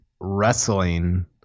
wrestling